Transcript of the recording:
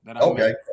Okay